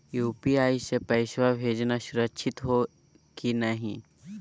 UPI स पैसवा भेजना सुरक्षित हो की नाहीं?